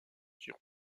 sur